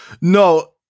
no